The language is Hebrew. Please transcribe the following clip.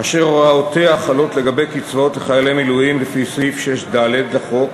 אשר הוראותיה חלות לגבי קצבאות לחיילי מילואים לפי סעיף 6(ד) לחוק,